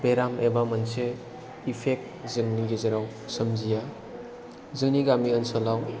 बेराम एबा मोनसे इफेक्ट जोंनि गेजेराव सोमजिया जोंनि गामि ओनसोलाव